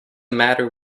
matter